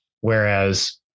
Whereas